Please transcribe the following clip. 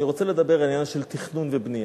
אני רוצה לדבר על עניין של תכנון ובנייה.